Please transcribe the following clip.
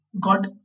got